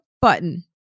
button